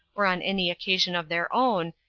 or on any occasion of their own,